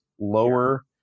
lower